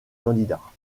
candidats